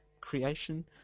creation